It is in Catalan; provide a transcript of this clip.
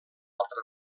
altra